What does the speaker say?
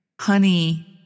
Honey